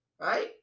Right